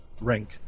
rank